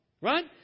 right